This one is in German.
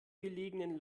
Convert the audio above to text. gelegenen